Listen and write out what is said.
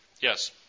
Yes